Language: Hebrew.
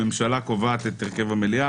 הממשלה קובעת את הרכב המליאה,